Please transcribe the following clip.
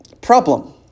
problem